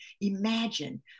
imagine